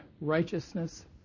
righteousness